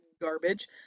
garbage